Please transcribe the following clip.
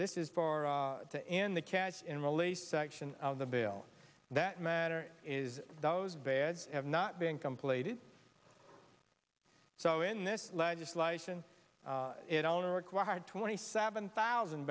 this is for the in the catch and release section of the bill that matter is those beds have not been completed so in this legislation it all required twenty seven thousand